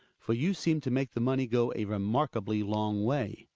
for you seem to make the money go a remarkably long way.